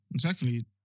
secondly